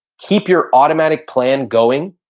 keep your automatic plan going,